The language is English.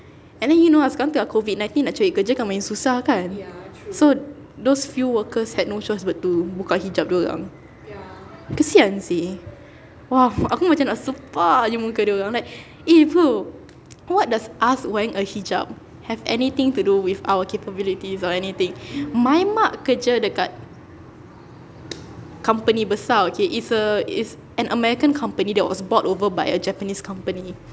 and then you know ah sekarang tengah COVID nineteen nak cari kerja bukan main susah kan so those few workers had no choice but to buka hijab dorang kesian seh !wah! aku macam nak sepak jer muka dorang like eh bro what does us wearing a hijab have anything to do with our capabilities or anything my mak kerja dekat company besar okay it's a it's an american company that was bought over by a japanese company